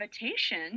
invitation